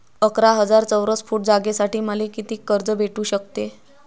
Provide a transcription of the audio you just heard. अकरा हजार चौरस फुट जागेसाठी मले कितीक कर्ज भेटू शकते?